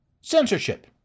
Censorship